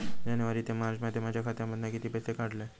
जानेवारी ते मार्चमध्ये माझ्या खात्यामधना किती पैसे काढलय?